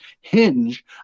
hinge